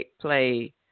play